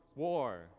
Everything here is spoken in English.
war,